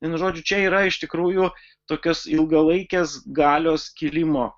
vienu žodžiu čia yra iš tikrųjų tokios ilgalaikės galios kėlimo